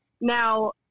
Now